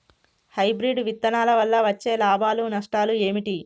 Hybrid విత్తనాల వల్ల వచ్చే లాభాలు నష్టాలు ఏమిటి?